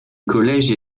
collèges